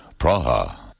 Praha